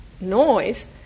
noise